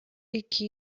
ике